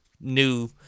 new